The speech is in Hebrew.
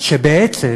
שבעצם